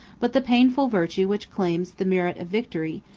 but the painful virtue which claims the merit of victory,